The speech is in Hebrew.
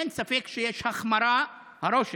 אין ספק שיש החמרה, זה הרושם,